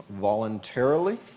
voluntarily